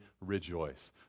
rejoice